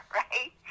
right